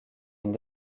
une